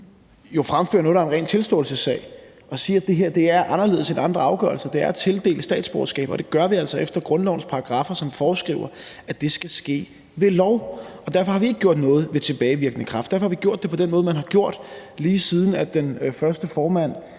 fremfører noget, der er en ren tilståelsessag. Man må sige, at det her er anderledes end andre afgørelser. Det er at tildele statsborgerskab, og det gør vi altså efter grundlovens paragraffer, som foreskriver, at det skal ske ved lov. Derfor har vi ikke gjort noget med tilbagevirkende kraft; derfor har vi gjort det på den måde, man har gjort, lige siden den første formand